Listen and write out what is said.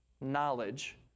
knowledge